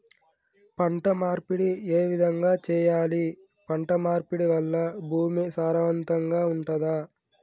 పంట మార్పిడి ఏ విధంగా చెయ్యాలి? పంట మార్పిడి వల్ల భూమి సారవంతంగా ఉంటదా?